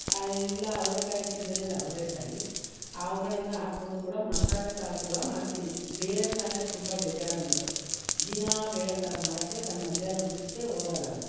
ಇಲ್ಲ ಅವ್ರೆಕಾಯಿ ಸೀಝನಲ್ಲಿ ಅವರೆಕಾಯಿ ಅವ್ಗಳನ್ನು ಹಾಕ್ಕೊಂಡು ಕೂಡ ಮಸಾಲ ಸಾರು ಕೂಡ ಮಾಡ್ತೀನಿ ಬೇಳೆ ಸಾರು ತುಂಬ ಬೇಜಾರು ಅಂದ್ಬಿಟ್ಟು ದಿನ ಬೇಳೆ ಸಾರು ಮಾಡೋಕ್ಕೆ ನಂಗೆ ಮಧ್ಯಾಹ್ನ ಊಟಕ್ಕೆ ಹೋಗೋಲ್ಲ ನಾನು